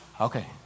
okay